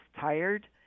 tired